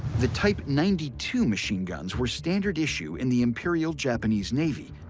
the type ninety two machine guns were standard issue in the imperial japanese navy,